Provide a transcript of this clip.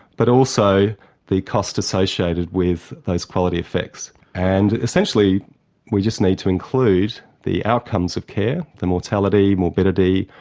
but also the cost associated with those quality effects. and essentially we just need to include the outcomes of care the mortality, morbidity,